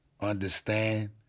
understand